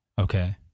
Okay